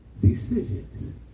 decisions